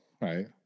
right